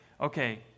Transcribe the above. okay